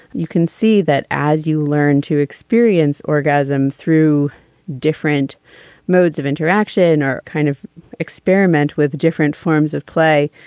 you can see that as you learn to experience orgasm through different modes of interaction or kind of experiment with different forms of clay,